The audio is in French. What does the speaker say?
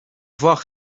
voir